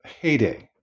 heyday